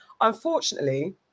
Unfortunately